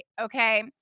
okay